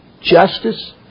justice